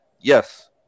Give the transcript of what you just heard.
yes